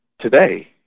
today